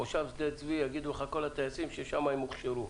מושב שדה צבי, יגידו לך כל הטייסים ששם הם הוכשרו.